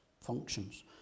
functions